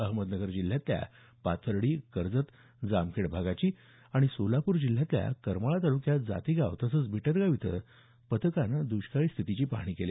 अहमदनगर जिल्ह्यातल्या पाथर्डी कर्जत जामखेड भागाचीही आणि सोलापूर जिल्ह्याच्या करमाळा तालुक्यात जातेगाव तसंच बिटरगाव इथं पथकानं दृष्काळी स्थितीची पाहणी केली